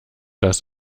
das